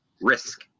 risk